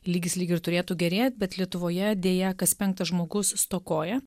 lygis lyg ir turėtų gerėt bet lietuvoje deja kas penktas žmogus stokoja